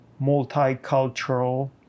multicultural